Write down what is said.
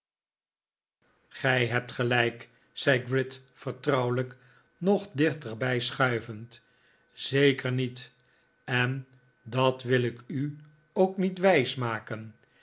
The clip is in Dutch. gij hebt gelijk zei gride vertrouwelijk nog dichterbij schuivend zeker niet en dat wil ik u ook niet wijsmaken